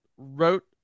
wrote